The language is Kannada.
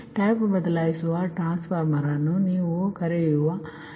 ಟ್ಯಾಪ್ ಬದಲಾಯಿಸುವ ಟ್ರಾನ್ಸ್ಫಾರ್ಮರ್ ಅನ್ನು ನೀವು ಕರೆಯುವ ನಿಮ್ಮ ಕಲ್ಪನೆ ಅದು